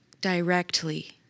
Directly